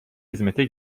hizmete